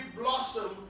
blossom